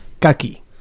Kaki